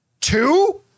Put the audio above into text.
Two